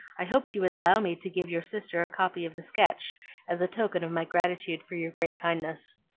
i hoped you would allow me to give your sister a copy of the sketch as a token of my gratitude for your great kindness.